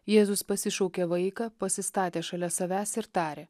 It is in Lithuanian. jėzus pasišaukė vaiką pasistatė šalia savęs ir tarė